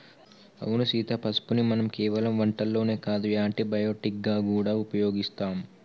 అవును సీత పసుపుని మనం కేవలం వంటల్లోనే కాదు యాంటీ బయటిక్ గా గూడా ఉపయోగిస్తాం